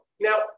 Now